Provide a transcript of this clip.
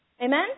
Amen